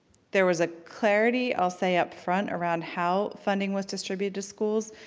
there was a clarity i'll say up front around how funding was distributed to schools,